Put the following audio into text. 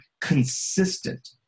consistent